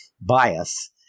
bias